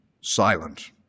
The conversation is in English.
silent